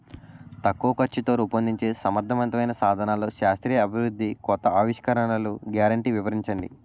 తక్కువ ఖర్చుతో రూపొందించే సమర్థవంతమైన సాధనాల్లో శాస్త్రీయ అభివృద్ధి కొత్త ఆవిష్కరణలు గ్యారంటీ వివరించండి?